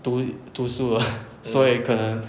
读读书了 所以可能